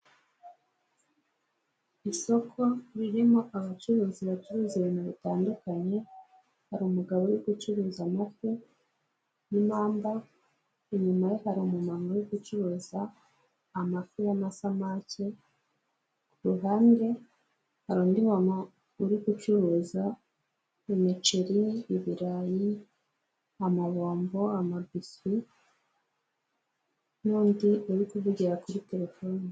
Isoko ririmo abacuruzi bacuruza ibintu bitandukanye, hari umugabo uri gucuruza amafi y'inamba, inyumare harira umumama uri gucuruza amafi y'amasamake, ku ruhande hari undi uri gucuruza umiceri, ibirayi, amabombo, amabiswi n'undi uri kuvugira kuri telefoni.